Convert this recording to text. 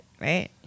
right